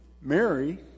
Mary